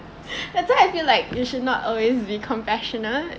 that's why I feel like you should not always be compassionate